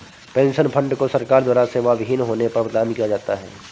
pension fund को सरकार द्वारा सेवाविहीन होने पर प्रदान किया जाता है